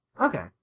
Okay